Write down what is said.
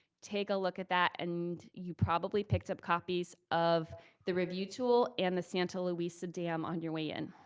take a look at that, and you probably picked up copies of the review tool and the santa luisa dam on your way in.